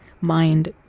mind